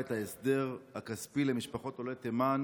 את ההסדר הכספי למשפחות עולי תימן,